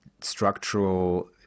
structural